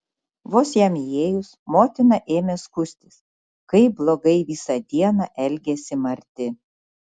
vos jam įėjus motina ėmė skųstis kaip blogai visą dieną elgėsi marti